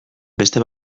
beste